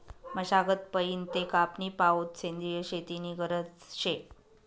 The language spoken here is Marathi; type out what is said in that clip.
मशागत पयीन ते कापनी पावोत सेंद्रिय शेती नी गरज शे